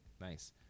Nice